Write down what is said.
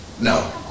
No